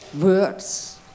words